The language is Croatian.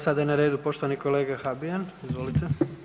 sada je na redu poštovani kolega Habijan, izvolite.